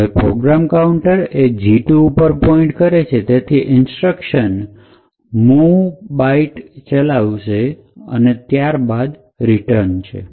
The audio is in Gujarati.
હવે પ્રોગ્રામ કાઉન્ટર એ G ૨ ઉપર પોઇન્ટ કરે છે તેથી તે ઇન્સ્ટ્રક્શન mov byte ચલાવશે અને ત્યારબાદ રિટર્ન્સ છે